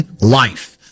life